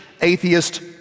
atheist